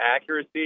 accuracy